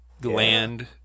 gland